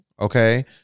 okay